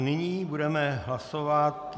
Nyní budeme hlasovat...